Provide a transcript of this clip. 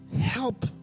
help